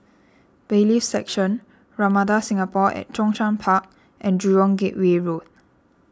Bailiffs' Section Ramada Singapore at Zhongshan Park and Jurong Gateway Road